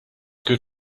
good